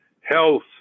health